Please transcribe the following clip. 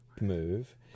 Move